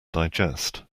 digest